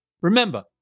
Remember